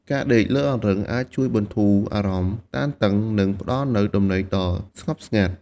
ការដេកលើអង្រឹងអាចជួយបន្ធូរអារម្មណ៍តានតឹង និងផ្តល់នូវដំណេកដ៏ស្ងប់ស្ងាត់។